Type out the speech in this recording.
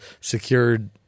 secured